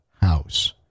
House